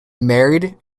married